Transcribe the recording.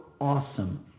awesome